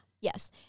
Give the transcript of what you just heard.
Yes